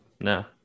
no